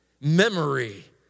memory